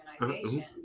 organization